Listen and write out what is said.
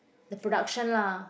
the production lah